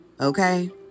okay